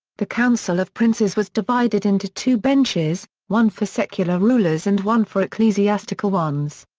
the council of princes was divided into two benches, one for secular rulers and one for ecclesiastical ones.